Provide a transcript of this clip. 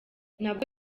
nabwo